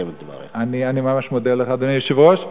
אני ממש מודה לך, אדוני היושב-ראש.